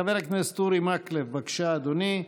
חבר הכנסת אורי מקלב, בבקשה, אדוני.